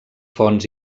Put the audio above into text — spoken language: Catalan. fonts